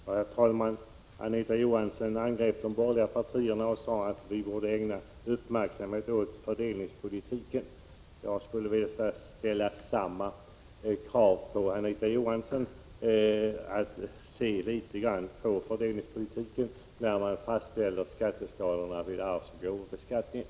Herr talman! Anita Johansson angrep de borgerliga partierna och sade att vi borde ägna uppmärksamhet åt fördelningspolitiken. Jag skulle vilja ställa samma krav på Anita Johansson att se litet grand på fördelningspolitiken när man fastställer skatteskalorna för arvsoch gåvobeskattningen.